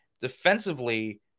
defensively